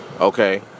okay